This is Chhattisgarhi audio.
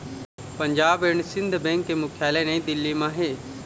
पंजाब एंड सिंध बेंक के मुख्यालय नई दिल्ली म हे